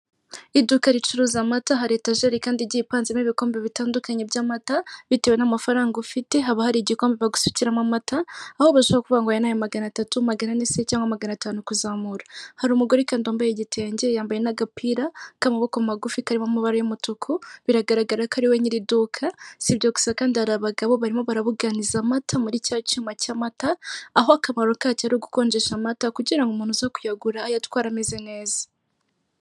Iduka ricuruza amata hari etajeri kandi igiye ipanzemo ibikombe bitandukanye by'amata, bitewe n'amafaranga ufite haba hari igikombe bagasukiramo amata, aho bashobora kuvunga ngo aya ni aya magana atatu, magana ane se cyangwa magana atanu kuzamura. Hari umugore kandi wambaye igitenge yambaye n'agapira k'amaboko magufi karimo amabara y'umutuku, biragaragara ko ari we nyiriduka, si ibyo gusa kandi hari abagabo barimo barabuganiza amata muri cya cyuma cy'amata, aho akamaro kacyo ari ugukonjesha amata, kugira ngo umuntu uza kuyagura ayatware ameze neza.